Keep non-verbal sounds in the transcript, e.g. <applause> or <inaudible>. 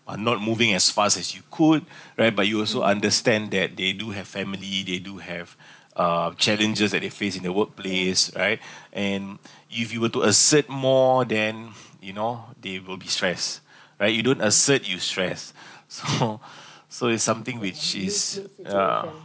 but not moving as fast as you could <breath> right but you also understand that they do have family they do have <breath> uh challenges that they face in the workplace right <breath> and <breath> if you were to assert more then <breath> you know they will be stressed <breath> right you don't assert you stressed so <laughs> so it's something which is yeah